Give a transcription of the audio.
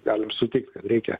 galim sutikt kad reikia